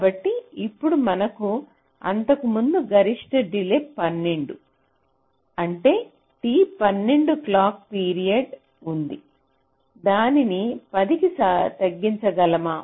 కాబట్టి ఇప్పుడు మనకు అంతకుముందు గరిష్ట డిలే 12 అంటే T 12 క్లాక్ పీరియడ్ ఉంది దానిని 10 కీ తగ్గించగలిగాము